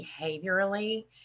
behaviorally